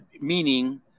meaning